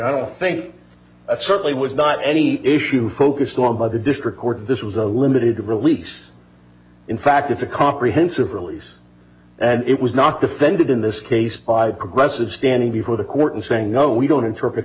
i don't think it certainly was not any issue focused on by the district court this was a limited release in fact it's a comprehensive release and it was not defended in this case by aggressive standing before the court and saying no we don't inter